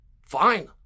Fine